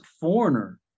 foreigner